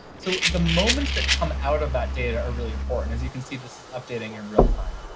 so the moments that come out of that data are really important. as you can see, this is updating in real time.